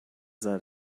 that